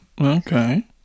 okay